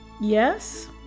Yes